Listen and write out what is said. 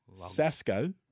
Sasco